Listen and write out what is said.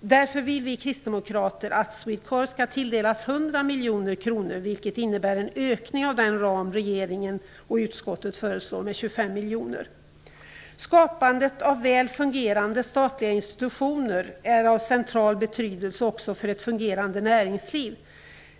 Därför vill vi kristdemokrater att Swedecorp skall tilldelas 100 miljoner kronor, vilket innebär en ökning med 25 miljoner av den ram regeringen och utskottet föreslår. Skapandet av väl fungerande statliga institutioner är av central betydelse också för ett fungerande näringsliv.